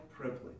privilege